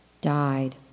Died